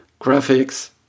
graphics